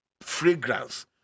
fragrance